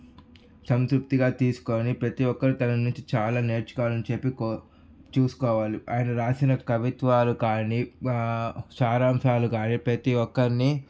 సంతృప్తిగా తీసుకొని పెతి ఒక్కరు తన నుంచి చాలా నేర్చుకోవాలని చెప్పి చూసుకోవాలి ఆయన రాసిన కవిత్వాలు కానీ సారాంశాలు కానీ పెతి ఒక్కరిని